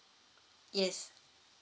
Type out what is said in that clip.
yes